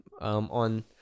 on